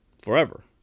forever